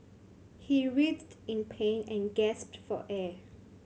he writhed in pain and gasped for air